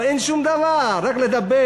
אבל אין שום דבר, רק לדבר.